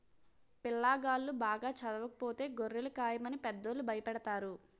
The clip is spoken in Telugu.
పిల్లాగాళ్ళు బాగా చదవకపోతే గొర్రెలు కాయమని పెద్దోళ్ళు భయపెడతారు